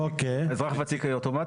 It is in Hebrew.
זה אוטומטי?